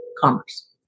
commerce